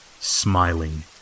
smiling